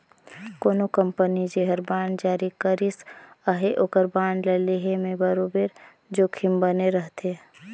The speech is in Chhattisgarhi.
कोनो कंपनी जेहर बांड जारी करिस अहे ओकर बांड ल लेहे में बरोबेर जोखिम बने रहथे